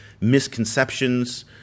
misconceptions